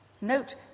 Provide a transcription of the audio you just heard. Note